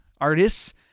artists